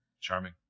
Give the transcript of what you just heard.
Charming